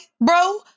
bro